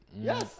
Yes